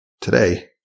today